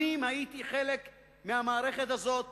שנים הייתי חלק מהמערכת הזאת